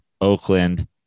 Oakland